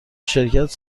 شرکت